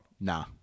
Nah